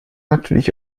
natürlich